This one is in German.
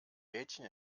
mädchen